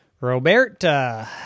roberta